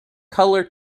color